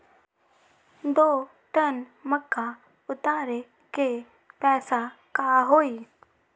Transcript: दो टन मक्का उतारे के पैसा का होई?